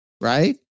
right